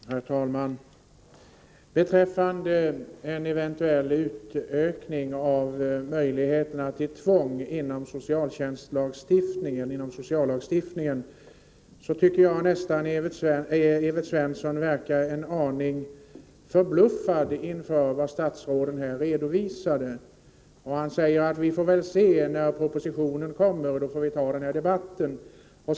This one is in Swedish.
Herr talman! Beträffande en eventuell utökning av möjligheterna att använda tvång inom sociallagstiftningen vill jag säga att Evert Svensson verkar vara en aning förbluffad över det som statsråden här redovisat. Han säger: Vi får väl se när propositionen kommer, då får vi ta den här debatten.